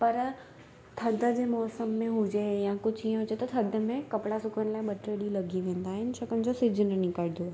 पर थधि जे मौसम में हुजे या कुझु हीअं हुजे त थधि में कपिड़ा सुकण लाइ ॿ टे ॾींहं लॻी वेंदा आहिनि छाकाणि जो सिजु न निकरदो